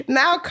now